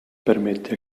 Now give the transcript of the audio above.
permette